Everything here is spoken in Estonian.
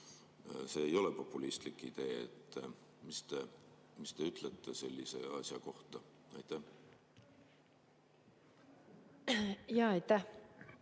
See ei ole populistlik idee. Mis te ütlete sellise asja kohta? Jaa, aitäh!